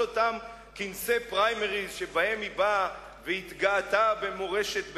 אותם כנסי פריימריס שבהם היא התגאתה במורשת ביתה,